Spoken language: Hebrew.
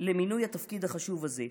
למינוי התפקיד החשוב הזה.